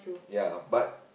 ya but